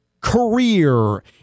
career